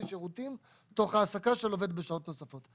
שירותים תוך העסקה של עובד בשעות נוספות.